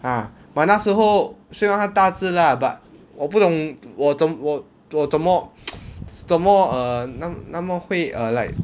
ah but 那时候虽然他大只 lah but 我不懂我怎我我怎么 怎么 err 那么会 err like